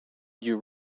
you